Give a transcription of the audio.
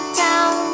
down